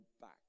back